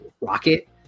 rocket